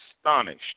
astonished